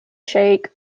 shake